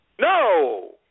No